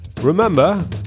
Remember